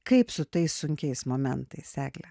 kaip su tais sunkiais momentais egle